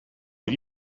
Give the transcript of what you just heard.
did